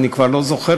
אני כבר לא זוכר,